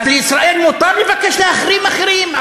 אז לישראל מותר לבקש להחרים אחרים,